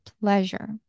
pleasure